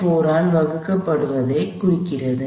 4 ஆல் வகுக்கப்படுவதைக் குறிக்கிறது